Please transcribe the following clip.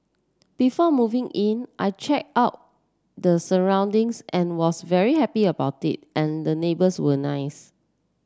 before moving in I checked out the surroundings and was very happy about it and the neighbours were nice